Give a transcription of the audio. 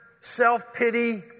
self-pity